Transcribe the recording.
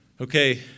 Okay